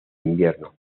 invierno